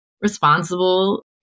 responsible